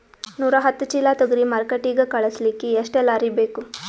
ನೂರಾಹತ್ತ ಚೀಲಾ ತೊಗರಿ ಮಾರ್ಕಿಟಿಗ ಕಳಸಲಿಕ್ಕಿ ಎಷ್ಟ ಲಾರಿ ಬೇಕು?